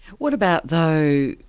what about, though,